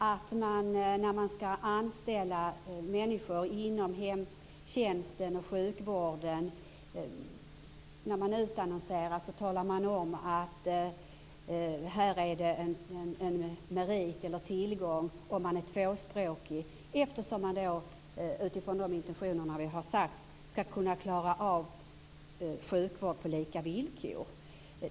Vid utannonsering av tjänster inom hemtjänsten och sjukvården skall det framgå om det är en merit att vara tvåspråkig. Med de intentioner vi har framfört skall det vara möjligt att klara av en sjukvård på lika villkor.